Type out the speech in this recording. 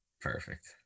Perfect